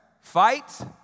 Fight